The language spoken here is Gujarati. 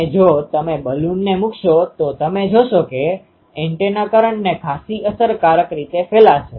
તેથી હું તમને એમ પણ કહી શકું કે આ આકૃતિ એટલી સારી નથી કારણકે આ કોલિન્સ બુકમાંથી લેવામાં આવી છે